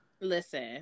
listen